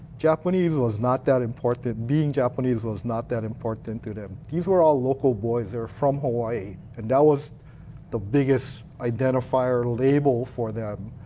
japanese was not that important. being japanese was not that important to them. these were all local boys. from hawai'i. and that was the biggest identifier label for them.